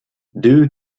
due